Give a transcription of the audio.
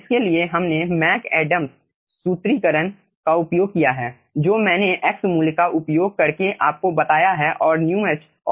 इसके लिए हमने मैक एडम्स सूत्रीकरण का उपयोग किया है जो मैंने x मूल्य का उपयोग करके आपको बताया है और μh और μg हम इस μh का पता लगा सकते हैं